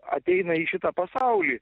ateina į šitą pasaulį